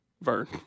Vern